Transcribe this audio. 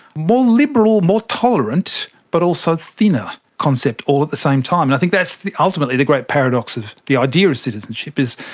more liberal, more tolerant but also thinner concept all at the same time, and i think that's ultimately the great paradox of the idea of citizenship, is,